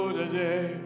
today